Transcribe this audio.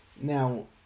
Now